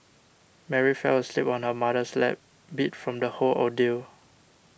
Mary fell asleep on her mother's lap beat from the whole ordeal